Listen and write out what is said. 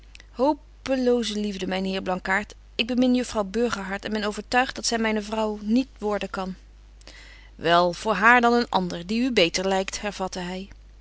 hopeloze liefde myn heer blankaart ik bemin juffrouw burgerhart en ben overtuigt dat zy myne vrouw niet worden kan wel voor haar dan een ander die u beter lykt hervatte hy